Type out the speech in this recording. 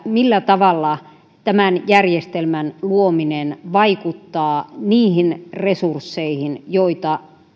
millä tavalla tämän järjestelmän luominen vaikuttaa niihin resursseihin joita